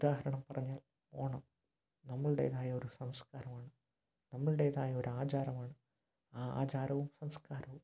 ഉദാഹരണം പറഞ്ഞാൽ ഓണം നമ്മളുടേതായ ഒരു സംസ്കാരമാണ് നമ്മളുടേതായ ഒരു ആചാരമാണ് ആ ആചാരവും സംസ്കാരവും